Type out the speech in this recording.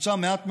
ובוצע מעט מאוד.